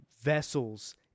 vessels